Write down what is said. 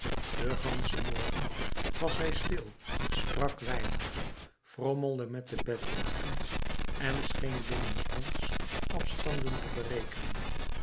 den ganschen morgen was zij stil sprak weinig frommelde met de bedlakens en scheen binnensmonds afstanden te berekenen